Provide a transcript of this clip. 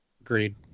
Agreed